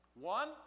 One